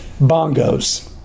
bongos